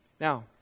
Now